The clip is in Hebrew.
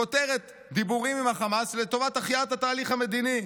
וכותרת "דיבורים עם החמאס לטובת החייאת התהליך המדיני".